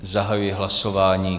Zahajuji hlasování.